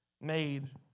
made